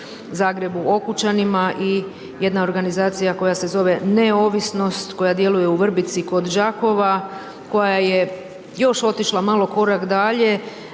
Zagreb u Okučanima i jedna organizacija koja se zove Neovisnost koja djeluje u Vrbici kod Đakova, koja je još otišla još malo korak dalje.